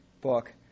book